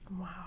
Wow